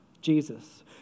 Jesus